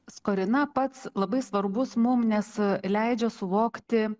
skorina pats labai svarbus mum nes leidžia suvokti